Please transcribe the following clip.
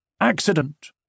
Accident